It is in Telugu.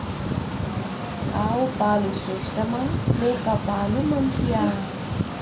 ఆవు పాలు శ్రేష్టమా మేక పాలు మంచియా?